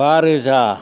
बा रोजा